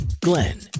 Glenn